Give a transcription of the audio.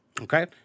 Okay